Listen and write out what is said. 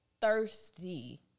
thirsty